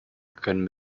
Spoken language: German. können